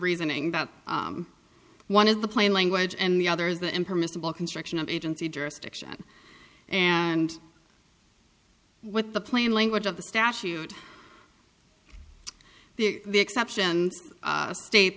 reasoning that one of the plain language and the other the impermissible construction of agency jurisdiction and with the plain language of the statute the exceptions state